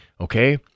okay